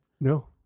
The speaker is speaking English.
No